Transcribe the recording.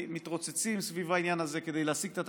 מתרוצצים סביב העניין הזה כדי להשיג את התקציבים.